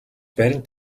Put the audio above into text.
барин